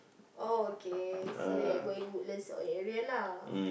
oh okay so you are going Woodlands area lah